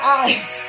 eyes